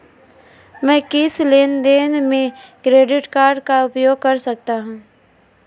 मैं किस लेनदेन में क्रेडिट कार्ड का उपयोग कर सकता हूं?